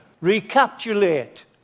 recapitulate